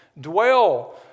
Dwell